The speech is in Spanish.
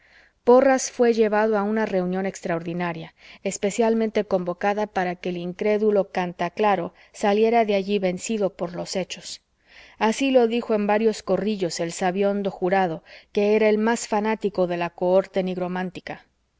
porras fué llevado a una reunión extraordinaria especialmente convocada para que el incrédulo canta claro saliera de allí vencido por los hechos así lo dijo en varios corrillos el sabihondo jurado que era el más fanático de la cohorte nigromántica